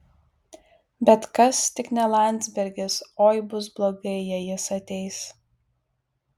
bet kas tik ne landsbergis oi bus blogai jei jis ateis